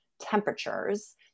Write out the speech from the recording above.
temperatures